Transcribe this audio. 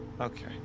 Okay